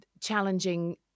challenging